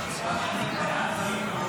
לוועדה שתקבע ועדת הכנסת נתקבלה.